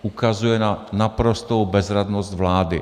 Ukazuje na naprostou bezradnost vlády.